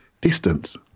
Distance